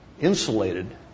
insulated